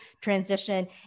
transition